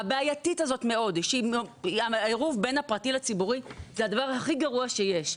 הבעייתית הזאת מאוד שהעירוב בין הפרטי לציבורי זה הדבר הכי גרוע שיש.